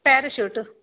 Parachute